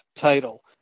title